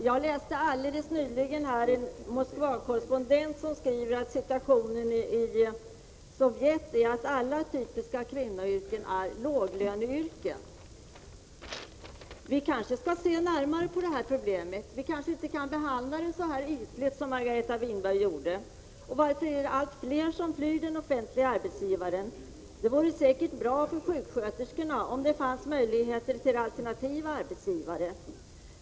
Jag läste alldeles nyligen vad en Moskvakorrespondent skrivit, nämligen att situationen i Sovjet är den att alla typiska kvinnoyrken är låglöneyrken. Vi kanske borde se närmare på det här problemet. Vi kan nog inte behandla det så ytligt som Margareta Winberg gjorde. Varför är det allt fler som flyr den offentliga arbetsgivaren? Domstolsväsendet är ju inte det enda 115 området inom den offentliga sektorn där det går så. Det vore säkert bra för sjuksköterskorna om det fanns möjlighet till alternativa arbetsgivare.